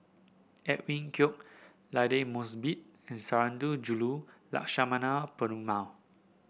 Edwin Koek Aidli Mosbit and Sundarajulu Lakshmana Perumal